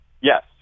Yes